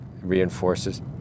reinforces